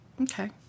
okay